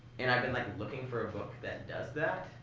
and i've been like looking for a book that does that.